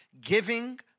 giving